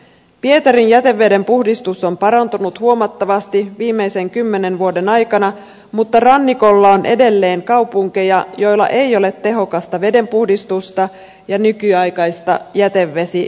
pietarin jätevedenpuhdistus on parantunut huomattavasti viimeisten kymmenen vuoden aikana mutta rannikolla on edelleen kaupunkeja joilla ei ole tehokasta vedenpuhdistusta ja nykyaikaista jätevesiverkostoa